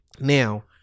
Now